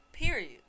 Period